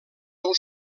del